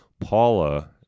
paula